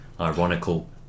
ironical